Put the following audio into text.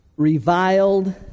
reviled